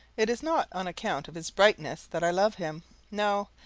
it is not on account of his brightness that i love him no,